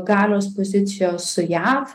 galios pozicijos su jav